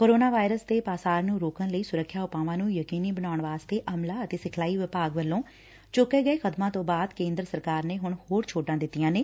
corona virus ਦੇ ਪਾਸਾਰ ਨੂੰ ਰੋਕਣ ਲਈ ਸੁਰੱਖਿਆ ਉਪਾਵਾਂ ਨੂੰ ਯਕੀਨੀ ਬਣਾਉਣ ਵਾਸਤੇ ਅਮਲਾ ਅਤੇ ਸਿਖਲਾਈ ਵਿਭਾਗ ਵੱਲੋਂ ਚੁੱਕੇ ਗਏ ਕਦਮਾਂ ਤੋਂ ਬਾਅਦ ਸਰਕਾਰ ਨੇ ਹੁਣ ਹੋਰ ਛੋਟਾਂ ਦਿੱਤੀਆਂ ਨੇ